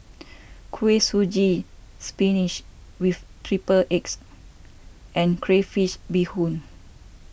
Kuih Suji Spinach with Triple Eggs and Crayfish BeeHoon